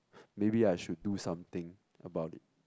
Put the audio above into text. maybe I should do something about it